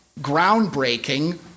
groundbreaking